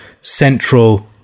central